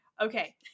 Okay